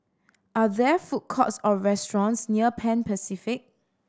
are there food courts or restaurants near Pan Pacific